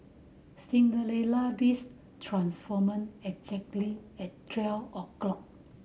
Cinderella transformant exactly at twelve o'clock